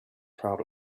proud